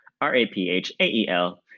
R-A-P-H-A-E-L